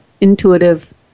intuitive